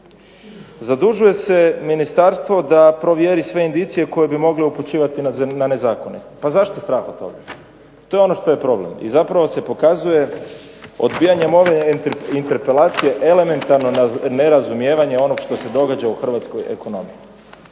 Zadužuje se ministarstvo da provjeri sve indicije koje bi mogle upućivati na nezakonitost. Pa zašto strah od toga? To je ono što je problem i zato se pokazuje odbijanje moje interpelacije elementarno nerazumijevanje onoga što se događa u hrvatskoj ekonomiji.